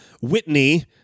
Whitney